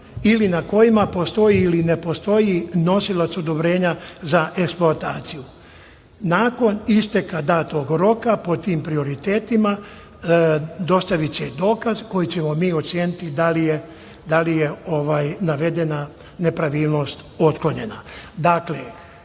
ili na kojima postoji ili ne postoji nosilac odobrenja za eksploataciju. Nakon isteka datog roka po tim prioritetima dostaviće dokaz koji ćemo mi oceniti da li je navedena nepravilnost otklonjena. Dakle,